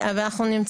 אנחנו גם